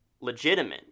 legitimate